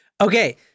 Okay